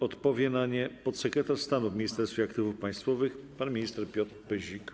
Odpowie na nie podsekretarz stanu w Ministerstwie Aktywów Państwowych pan minister Piotr Pyzik.